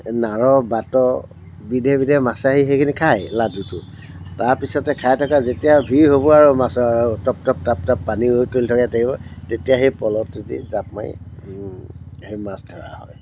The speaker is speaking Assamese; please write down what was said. এই নাৰ বাত বিধে বিধে মাছে আহি সেইখিনি খায় লাডুটো তাৰ পিছতে খাই থকা যেতিয়া ভিৰ হ'ব আৰু মাছৰ টপ টপ টাপ টাপ পানী তুলি থাকে তেতিয়া সেই প'ল'টো দি জাঁপ মাৰি সেই মাছ ধৰা হয়